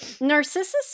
Narcissus